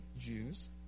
Jews